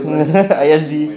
mm dorang kat R_S_D